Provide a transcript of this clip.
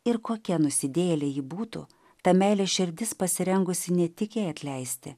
ir kokia nusidėjėlė ji būtų ta meilės širdis pasirengusi ne tik jai atleisti